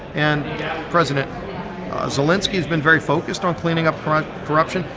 and president zelenskiy has been very focused on cleaning up corruption.